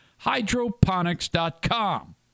hydroponics.com